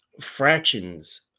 fractions